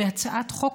בהצעת חוק,